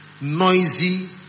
noisy